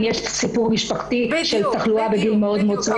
אם יש סיפור משפחתי של תחלואה בגיל מאוד מאוד צעיר.